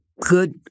good